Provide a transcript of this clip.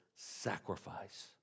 Sacrifice